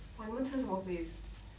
!wah! 你们吃什么 base